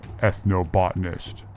ethnobotanist